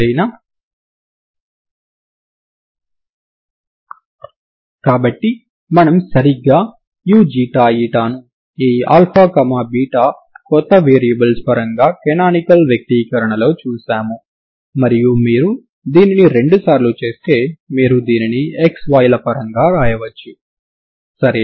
ఈ విధంగా మీరు ఈ స్దానభ్రంశం అన్ని సమయాలలో మారుతూ ఉండే విధంగా అనుసంధానించవచ్చు సరేనా